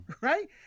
right